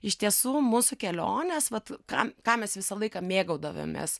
iš tiesų mūsų kelionės vat ką ką mes visą laiką mėgaudavomės